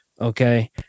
Okay